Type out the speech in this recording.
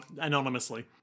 anonymously